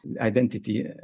identity